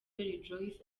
rejoice